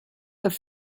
have